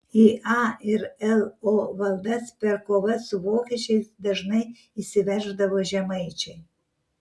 į a ir lo valdas per kovas su vokiečiais dažnai įsiverždavo žemaičiai